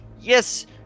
yes